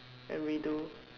and redo